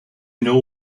know